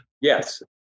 Yes